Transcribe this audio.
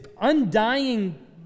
undying